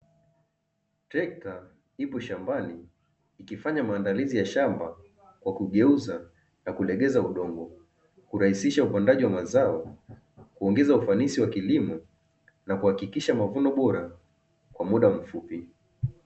Trekta ipo shambani, ikifanya maandalizi ya shamba kwa kugeuza na kulegeza udongo, kurahisiha upandaji wa mazao, na kuongeza ufanisi wa kilimo, na kuhakikisha mavuno bora kwa muda mfupi.